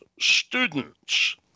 students